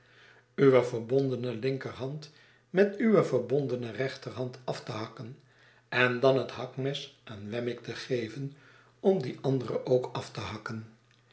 uwe verbondene linkerhand met uwe verbondene rechterhand af te hakken en dan het hakmes aan wemmick te geven om die andere ook af te hakken